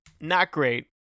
not-great